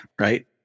right